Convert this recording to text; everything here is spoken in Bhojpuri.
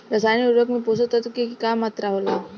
रसायनिक उर्वरक में पोषक तत्व के की मात्रा होला?